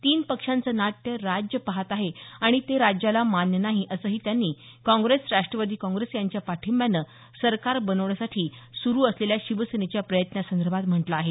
तीन पक्षांचं नाट्य राज्य पहात आहे आणि ते राज्याला मान्य नाही असंही त्यांनी काँग्रेस राष्ट्रवादी काँग्रेस यांच्या पाठिंब्यानं सरकार बनवण्यासाठी सुरू शिवसेनेच्या प्रयत्नांसंदर्भात म्हटलं आहे